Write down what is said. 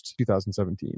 2017